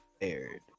aired